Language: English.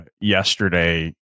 yesterday